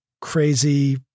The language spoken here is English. crazy